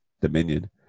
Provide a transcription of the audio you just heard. Dominion